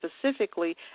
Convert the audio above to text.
specifically